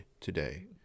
today